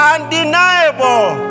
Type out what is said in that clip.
Undeniable